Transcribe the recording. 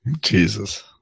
Jesus